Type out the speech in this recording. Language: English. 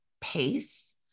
pace